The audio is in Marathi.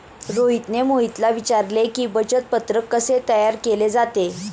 रोहितने मोहितला विचारले की, बचत पत्रक कसे तयार केले जाते?